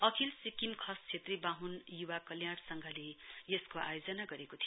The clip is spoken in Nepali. अखिल सिक्किम खस छेत्री बाहन युवा कल्याण संघले यसको आयोजना गरेको थियो